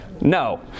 no